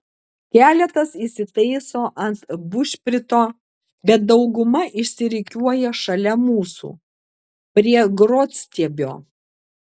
keletas įsitaiso ant bušprito bet dauguma išsirikiuoja šalia mūsų prie grotstiebio